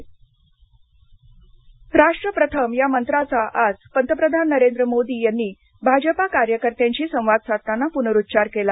भाजपा स्थापन दिवस राष्ट्र प्रथम मंत्राचा आज पंतप्रधान नरेंद्र मोदी यांनी भाजपा कार्यकर्त्यांशी संवाद साधताना पुनरुच्चार केला